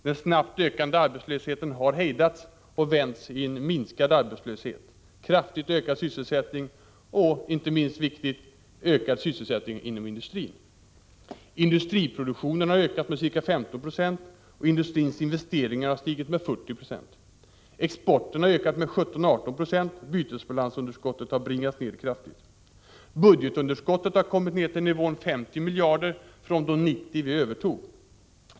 Den snabbt ökande arbetslösheten har hejdats och förbytts i minskad arbetslöshet, kraftigt ökad sysselsättning och — det är inte minst viktigt —- ökad sysselsättning inom industrin. Industriproduktionen har ökat med ca 15 96, och industrins investeringar har stigit med 40 26. Exporten har ökat med 17-18 20. Bytesbalansunderskottet har bringats ned kraftigt. Budgetunderskottet har bringats ned till 50 miljarder, från att ha legat på 90 miljarder när vi övertog regeringsmakten.